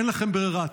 אין לכם ברירה,